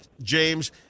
James